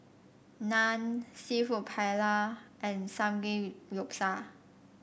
Naan seafood Paella and Samgeyopsal